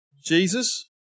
Jesus